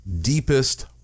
deepest